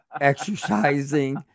exercising